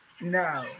No